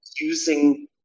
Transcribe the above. using